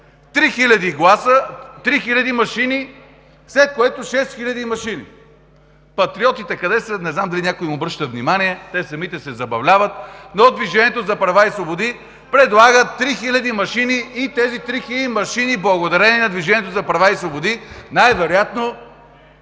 три хиляди гласа, три хиляди машини, след което шест хиляди машини. „Патриотите“ къде са, не знам дали някой ми обръща внимание?! Те самите се забавляват, но „Движението за права и свободи“ предлага три хиляди машини и тези три хиляди машини, благодарение на „Движението за права и свободи“ най вероятно